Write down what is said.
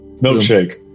Milkshake